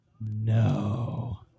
No